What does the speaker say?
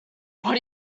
what